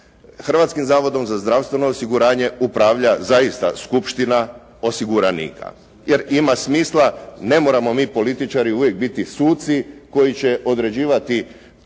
Hrvatskim zavodom za zdravstveno osiguranje upravlja zaista skupština osiguranika, jer ima smisla. Ne moramo mi političari uvijek biti suci koji će određivati